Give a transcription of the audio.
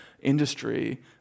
industry